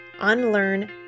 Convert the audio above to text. unlearn